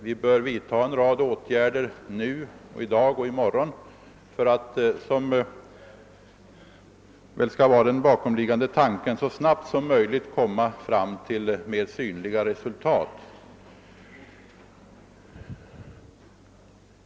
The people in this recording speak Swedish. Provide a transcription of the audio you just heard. Vi bör vidta en rad åtgärder både i dag och i morgon för att så snabbt som möjligt komma fram till mera synliga resultat.